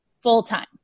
full-time